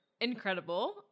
incredible